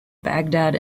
baghdad